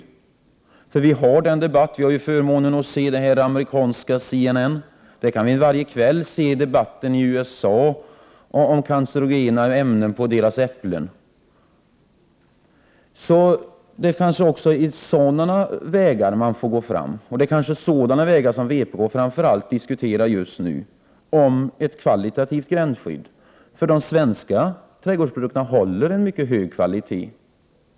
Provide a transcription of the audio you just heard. Vi har här i 30 maj 1989 riksdagen förmånen att se den amerikanska TV-kanalen CNN, och där kan vi varje dag följa den debatt som förs i USA om cancerogena ämnen i äpplen. Det är framför allt ett kvalitativt gränsskydd som vpk diskuterar just nu, och det är kanske också en sådan väg man bör gå, eftersom de svenska trädgårdsprodukterna ur ekologisk synpunkt och miljösynpunkt håller en mycket hög kvalitet.